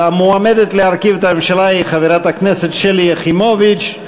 המועמדת להרכיב את הממשלה היא חברת הכנסת שלי יחימוביץ.